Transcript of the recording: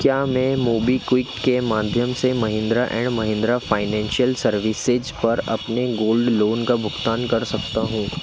क्या मैं मोबीक्विक के माध्यम से Mahindra and Mahindra financial services पर अपने गोल्ड लोन का भुगतान कर सकता हूँ